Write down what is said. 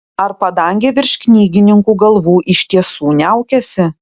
ar padangė virš knygininkų galvų iš tiesų niaukiasi